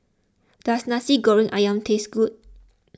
does Nasi Goreng Ayam taste good